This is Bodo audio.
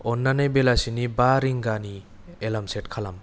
अन्नानै बेलासिनि बा रिंगानि एलार्म सेट खालाम